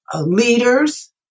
leaders